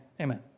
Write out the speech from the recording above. amen